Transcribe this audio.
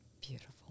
beautiful